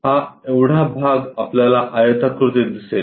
हा एवढा भाग आपल्याला आयताकृती दिसेल